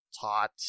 taught